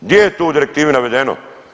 Gdje je to u direktivi navedeno?